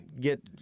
get